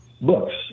books